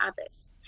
others